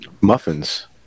Muffins